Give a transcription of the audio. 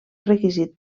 requisit